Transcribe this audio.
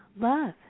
love